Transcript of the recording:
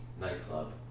nightclub